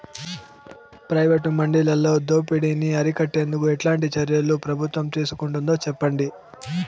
Private మండీలలో దోపిడీ ని అరికట్టేందుకు ఎట్లాంటి చర్యలు ప్రభుత్వం తీసుకుంటుందో చెప్పండి?